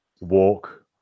walk